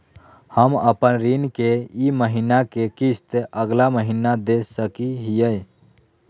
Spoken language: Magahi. हम अपन ऋण के ई महीना के किस्त अगला महीना दे सकी हियई?